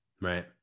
right